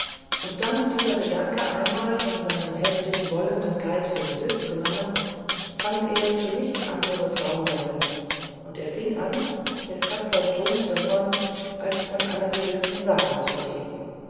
und da nun dieser gedanke einmal von seinem heftig wollenden geiste besitz genommen fand er für nichts anderes raum darin und er fing an mit kaspar strumpf davon als von einer gewissen sache zu reden